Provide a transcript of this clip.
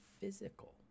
physical